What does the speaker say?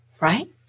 Right